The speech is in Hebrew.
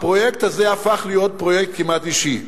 הפרויקט הזה הפך להיות פרויקט כמעט אישי.